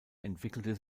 entwickelte